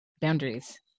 boundaries